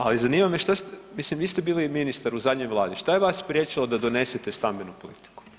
Ali zanima me šta, mislim vi ste bili ministar u zadnjoj vladi, šta je vas spriječilo da donesete stambenu politiku?